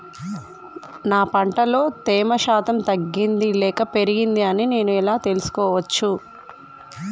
నా పంట లో తేమ శాతం తగ్గింది లేక పెరిగింది అని నేను ఎలా తెలుసుకోవచ్చు?